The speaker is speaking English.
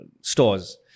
stores